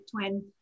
twin